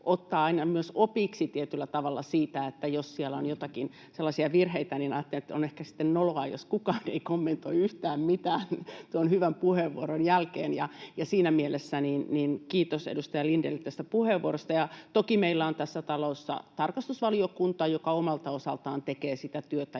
ottaa aina myös opiksi tietyllä tavalla siitä, jos siellä on joitakin sellaisia virheitä, ajattelen, että on ehkä sitten noloa, jos kukaan ei kommentoi yhtään mitään tuon hyvän puheenvuoron jälkeen, ja siinä mielessä kiitos edustaja Lindénille tästä puheenvuorosta. Ja toki meillä on tässä talossa tarkastusvaliokunta, joka omalta osaltaan tekee sitä työtä